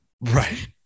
Right